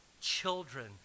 children